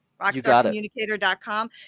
Rockstarcommunicator.com